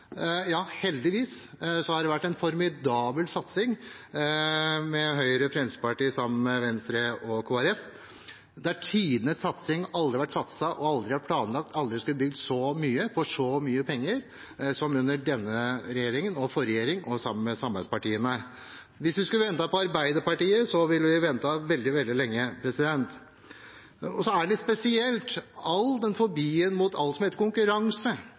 Ja, heldigvis har det vært en formidabel satsing med Høyre og Fremskrittspartiet, sammen med Venstre og Kristelig Folkeparti. Det er tidenes satsing – aldri har det vært satset så mye, aldri har det vært planlagt så mye, og aldri har det skullet bli bygd så mye for så mye penger som under denne regjeringen og forrige regjering, sammen med samarbeidspartiene. Hvis vi skulle ha ventet på Arbeiderpartiet, ville vi ha ventet veldig, veldig lenge. Så er det litt spesielt med all denne fobien mot alt som